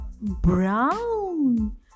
Brown